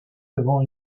devant